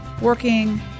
working